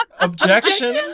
Objection